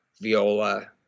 viola